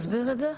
תסביר את זה.